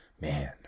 Man